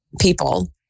people